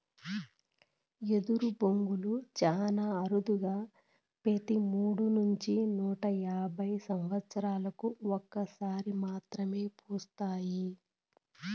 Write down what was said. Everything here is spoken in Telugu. ఎదరు బొంగులు చానా అరుదుగా పెతి మూడు నుంచి నూట యాభై సమత్సరాలకు ఒక సారి మాత్రమే పూస్తాయి